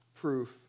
Proof